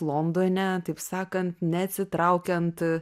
londone taip sakant neatsitraukiant